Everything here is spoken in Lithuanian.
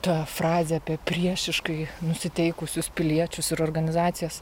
ta frazė apie priešiškai nusiteikusius piliečius ir organizacijas